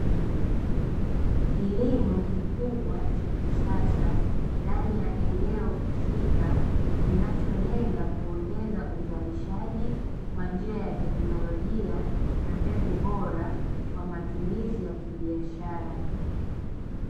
Kilimo kikubwa cha kisasa ndani ya eneo husika, kinacholenga kuongeza uzalishaji kwa njia ya teknolojia na mbegu bora kwa matumizi ya kibiashara.